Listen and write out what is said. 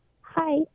Hi